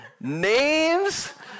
Names